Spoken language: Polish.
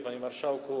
Panie Marszałku!